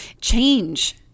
Change